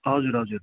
हजुर हजुर